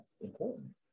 important